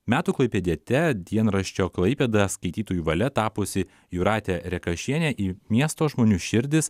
metų klaipėdiete dienraščio klaipėda skaitytojų valia tapusi jūratė rekašienė į miesto žmonių širdis